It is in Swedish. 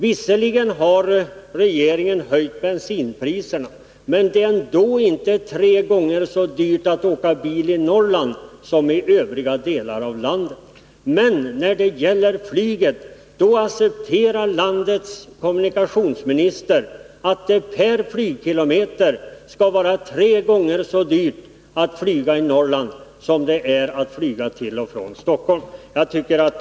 Visserligen har regeringen höjt bensinpriserna, men det är ändå inte tre gånger så dyrt att åka bil i Norrland som i övriga delar av landet. Men när det gäller flyget accepterar landets kommunikationsminister att det per flygkilometer skall 127 vara tre gånger så dyrt att flyga inom Norrland som det är att flyga till och från Stockholm.